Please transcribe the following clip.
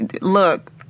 look